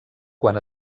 quan